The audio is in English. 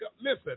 listen